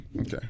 Okay